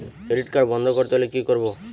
Credit card বন্ধ করতে হলে কি করব?